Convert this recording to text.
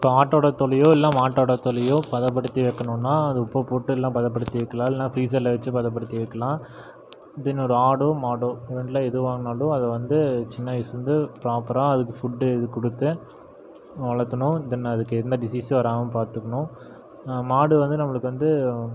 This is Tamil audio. இப்போ ஆட்டோட தோலையோ இல்லை மாட்டோட தோலையோ பதப்படுத்தி வைக்கணுன்னா அது உப்பு போட்டெல்லாம் பதப்படுத்தி வைக்கலாம் இல்லைனா ஃப்ரீஸர்ல வச்சு பதப்படுத்தி வைக்கலாம் இதுவே என்னோட ஆடோ மாடோ ரெண்டில் எதுவாங்குனாலும் அதை வந்து சின்ன வயசுலேந்து ப்ராப்பராக அதுக்கு ஃபுட்டு இது கொடுத்து வளர்த்தனும் இதென்ன அதற்கென்ன டிசீஸும் வராமல் பார்த்துக்கணும் மாடு வந்து நம்மளுக்கு வந்து